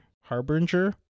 Harbinger